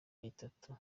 itatu